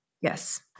Yes